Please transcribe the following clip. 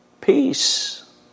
Peace